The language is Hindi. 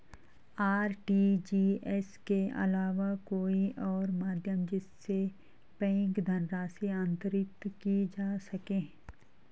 आर.टी.जी.एस के अलावा कोई और माध्यम जिससे बैंक धनराशि अंतरित की जा सके?